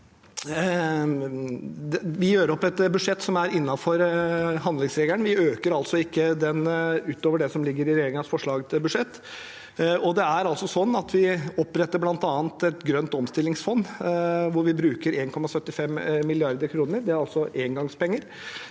Vi gjør opp et budsjett som er innenfor handlingsregelen. Vi øker den altså ikke utover det som ligger i regjeringens forslag til budsjett. Vi oppretter bl.a. et grønt omstillingsfond, hvor vi bruker 1,75 mrd. kr. Det er altså engangspenger.